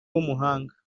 w’umuhanga